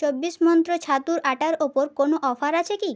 চব্বিশ মন্ত্র ছাতুর আটার ওপর কোনো অফার আছে কি